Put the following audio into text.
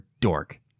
dork